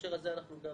בהקשר הזה, אנחנו גם